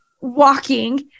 walking